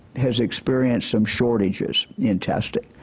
has experienced some shortages in testing.